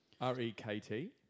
R-E-K-T